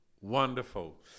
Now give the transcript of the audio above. wonderful